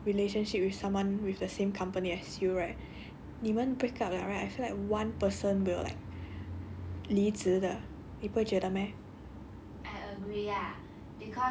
usually right but if you have like a relationship with someone with the same company as you right 你们 break up liao right I feel like one person will like 离职的你不会觉得 meh